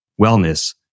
wellness